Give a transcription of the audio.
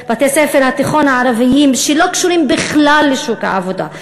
התיכוניים הערביים שלא קשורות בכלל לשוק העבודה?